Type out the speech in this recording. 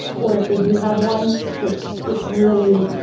or if they do have one, it's it's really